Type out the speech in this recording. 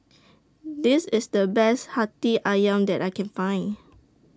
This IS The Best Hati Ayam that I Can Find